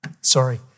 Sorry